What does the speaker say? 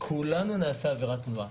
כולנו נעשה עבירת תנועה,